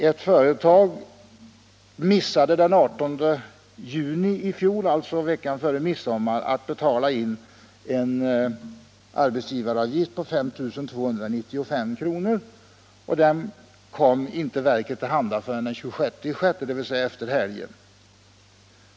Ett företag missade den 18 juni i fjol, alltså veckan före midsommar, att betala in en arbetsgivaravgift på 5 295 kr. Avgiften kom inte riksförsäkringsverket till handa förrän den 26 juni, dvs. efter helgen.